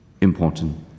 important